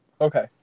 Okay